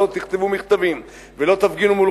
לא תכתבו מכתבים ולא תפגינו מול